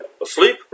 Asleep